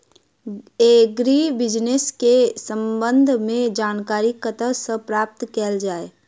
Agri business केँ संबंध मे जानकारी कतह सऽ प्राप्त कैल जाए?